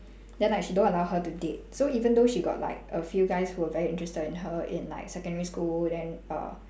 then like she don't allow her to date so even though she got like a few guys who were very interested in her in like secondary school then err